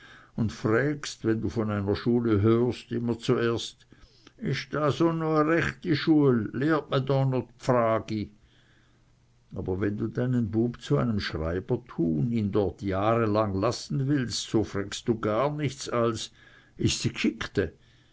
und fragst wenn du von einer schule hörst immer zuerst isch das o no e rechti schuel lert me da o no dfragi aber wenn du deinen bub zu einem schreiber tun ihn dort jahre lang lassen willst so fragst du gar nichts als